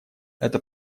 это